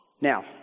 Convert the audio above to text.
Now